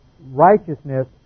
righteousness